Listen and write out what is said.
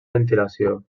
ventilació